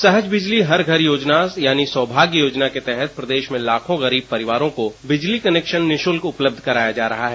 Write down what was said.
सहज बिजली हर घर योजना यानी सौभाग्य योजना के तहत प्रदेश में लाखों गरीब परिवारों को बिजली कनेक्शन निःशुल्क उपलब्ध कराया जा रहा है